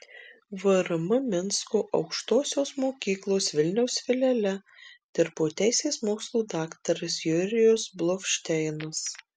vrm minsko aukštosios mokyklos vilniaus filiale dirbo teisės mokslų daktaras jurijus bluvšteinas